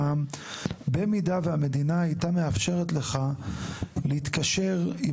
במידה והמדינה הייתה מאפשרת לך להתקשר עם